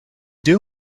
they